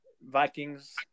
Vikings